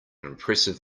impressive